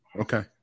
Okay